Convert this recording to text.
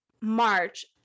March